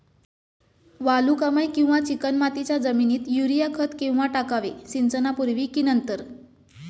वालुकामय किंवा चिकणमातीच्या जमिनीत युरिया खत केव्हा टाकावे, सिंचनापूर्वी की नंतर?